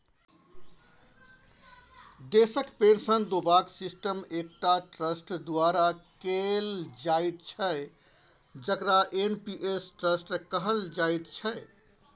देशक पेंशन देबाक सिस्टम एकटा ट्रस्ट द्वारा कैल जाइत छै जकरा एन.पी.एस ट्रस्ट कहल जाइत छै